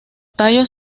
tallos